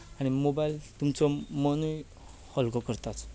आनी मोबायलय तुमचो मनूय हलको करताच